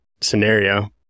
scenario